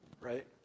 right